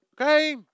okay